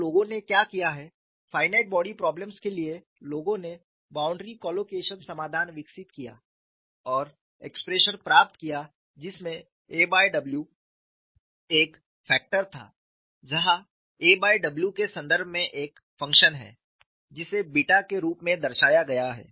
तो लोगों ने क्या किया है फायनाइट बॉडी प्रोब्लेम्स के लिए लोगों ने बाउंड्री कॉलोकेशन समाधान विकसित किया और एक्सप्रेशन प्राप्त किया जिसमे a बाय w एक फैक्टर था जहा a बाय w के संदर्भ में एक फंक्शन है जिसे बीटा के रूप में दर्शाया गया है